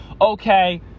okay